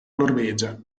norvegia